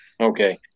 Okay